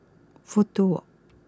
Fudu walk